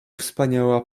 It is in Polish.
wspaniała